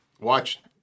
Watch